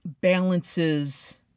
balances